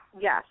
yes